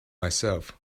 myself